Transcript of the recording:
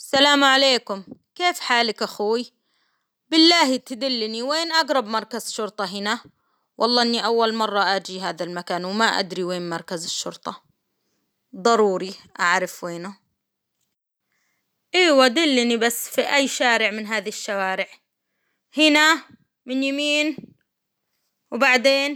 سلام عليكم كيف حالك أخوي؟ بالله تدلني وين أقرب مركز شرطة هنا؟ والله إني أول مرة آجي هذا المكان، وما أدري وين مركز الشرطة، ضروري أعرف وينه، إيوا دلني بس في أي شارع من هذي الشوارع ، هنا من يمين وبعدين.